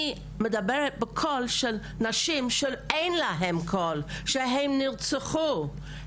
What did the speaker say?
אני מדברת בקול של נשים שאין להן קול, שהן נרצחו.